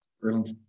Brilliant